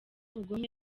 ubugome